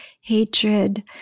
hatred